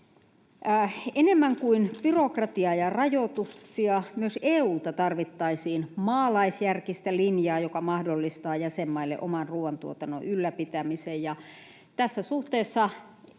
Enemmän kuin byrokratiaa ja rajoituksia myös EU:lta tarvittaisiin maalaisjärkistä linjaa, joka mahdollistaa jäsenmaille oman ruuantuotannon ylläpitämisen, ja tässä suhteessa